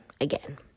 again